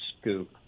scoop